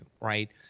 right